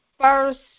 first